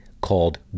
called